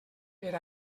per